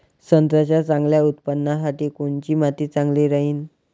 संत्र्याच्या चांगल्या उत्पन्नासाठी कोनची माती चांगली राहिनं?